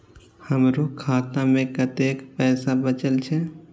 हमरो खाता में कतेक पैसा बचल छे?